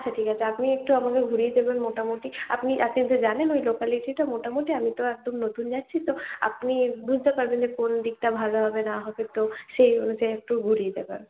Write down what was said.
আচ্ছা ঠিক আছে আপনি একটু আমাদের ঘুরিয়ে দেবেন মোটামুটি আপনি আর জানেন লোকালিটিটা মোটামুটি আমি তো একদম নতুন যাচ্ছি আপনি বুঝতে পারবেন কোন দিকটা ভালো হবে না হবে একটু সেই অনুযায়ী একটু ঘুরিয়ে দেবেন